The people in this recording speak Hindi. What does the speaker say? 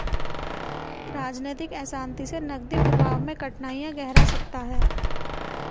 राजनीतिक अशांति से नकदी प्रवाह में कठिनाइयाँ गहरा सकता है